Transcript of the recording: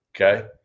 Okay